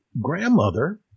grandmother